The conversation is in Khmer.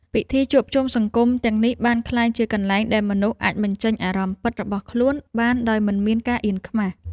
ពិធីជួបជុំសង្គមទាំងនេះបានក្លាយជាកន្លែងដែលមនុស្សអាចបញ្ចេញអារម្មណ៍ពិតរបស់ខ្លួនបានដោយមិនមានការអៀនខ្មាស។